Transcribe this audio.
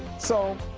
so,